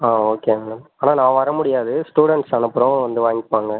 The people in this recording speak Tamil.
ஆ ஓகே மேம் ஆனால் நான் வர முடியாது ஸ்டுடென்ட்ஸ் அனுப்புகிறோம் வந்து வாங்கிப்பாங்க